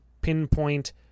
pinpoint